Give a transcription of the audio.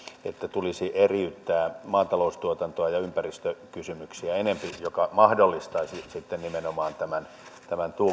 tulisi eriyttää maataloustuotantoa ja ympäristökysymyksiä enempi mikä mahdollistaisi sitten nimenomaan tämän tämän